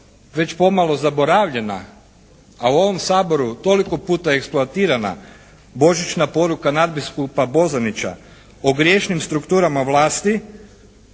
već pomalo zaboravljena a u ovom Saboru toliko puta eksploatirana Božićna poruka nadbiskupa Bozanića o grešnim strukturama vlasti